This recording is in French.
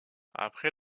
après